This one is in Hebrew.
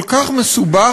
כל כך מסובך,